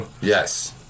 Yes